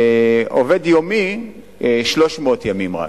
ועובד יומי, 300 ימים בלבד.